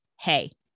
hey